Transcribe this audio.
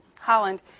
Holland